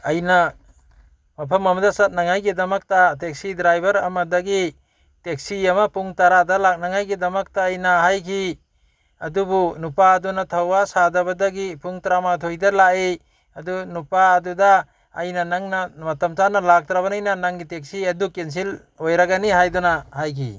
ꯑꯩꯅ ꯃꯐꯝ ꯑꯃꯗ ꯆꯠꯅꯉꯥꯏꯒꯤꯗꯃꯛꯇ ꯇꯦꯛꯁꯤ ꯗ꯭ꯔꯥꯏꯕꯔ ꯑꯃꯗꯒꯤ ꯇꯦꯛꯁꯤ ꯑꯃ ꯄꯨꯡ ꯇꯔꯥꯗ ꯂꯥꯛꯅꯉꯥꯏꯒꯤꯗꯃꯛꯇ ꯑꯩꯅ ꯍꯥꯏꯈꯤ ꯑꯗꯨꯕꯨ ꯅꯨꯄꯥ ꯑꯗꯨꯅ ꯊꯋꯥ ꯁꯥꯗꯕꯗꯒꯤ ꯄꯨꯡ ꯇꯔꯥꯃꯥꯊꯣꯏꯗ ꯂꯥꯛꯏ ꯑꯗꯨꯒ ꯅꯨꯄꯥ ꯑꯗꯨꯗ ꯑꯩꯅ ꯅꯪꯅ ꯃꯇꯝ ꯆꯥꯅ ꯂꯥꯛꯇ꯭ꯔꯕꯅꯤꯅ ꯅꯪꯒꯤ ꯇꯦꯛꯁꯤ ꯑꯗꯨ ꯀꯦꯟꯁꯦꯜ ꯑꯣꯏꯔꯒꯅꯤ ꯍꯥꯏꯗꯨꯅ ꯍꯥꯏꯈꯤ